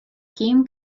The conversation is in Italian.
kim